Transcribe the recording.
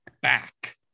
back